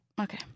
Okay